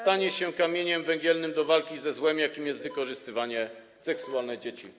stanie się kamieniem węgielnym walki ze złem, jakim jest wykorzystywanie seksualne dzieci.